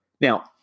Now